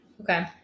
Okay